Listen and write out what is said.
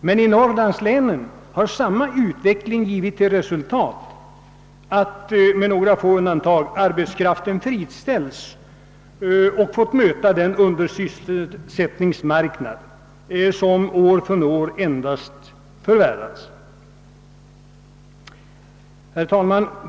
Men i Norrlandslänen har samma utveckling givit till resultat att med några få undantag arbetskraften friställts och fått möta den undersysselsättningsmarknad som år från år endast förvärrats. Herr talman!